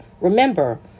Remember